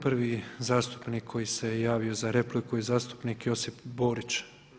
Prvi zastupnik koji se javio za repliku je zastupnik Josip Borić.